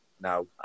no